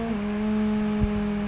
mm